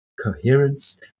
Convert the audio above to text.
coherence